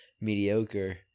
mediocre